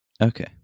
Okay